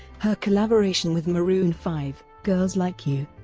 her collaboration with maroon five, girls like you,